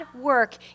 work